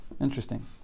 Interesting